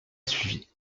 suivit